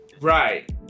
right